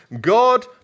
God